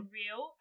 real